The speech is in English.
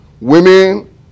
women